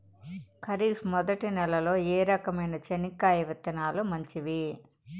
ఖరీఫ్ మొదటి నెల లో ఏ రకమైన చెనక్కాయ విత్తనాలు మంచివి